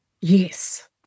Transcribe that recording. Yes